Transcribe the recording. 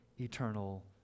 eternal